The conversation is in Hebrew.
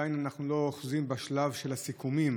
אנחנו עדיין לא אוחזים בשלב של הסיכומים,